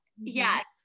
Yes